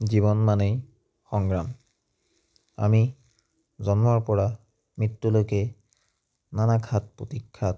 জীৱন মানেই সংগ্ৰাম আমি জন্মৰ পৰা মৃত্যুলৈকে নানা ঘাট প্ৰতিঘাট